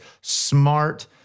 smart